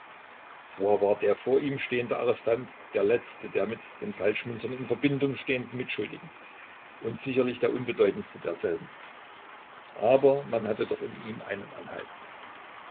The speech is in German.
zwar war der vor ihm stehende arrestant der letzte der mit den falschmünzern in verbindung stehenden mitschuldigen und sicherlich der unbedeutendste derselben aber man hatte doch in ihm einen anhalt